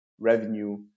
revenue